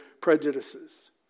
prejudices